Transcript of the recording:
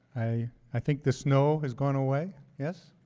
i i think the snow has gone away, yes?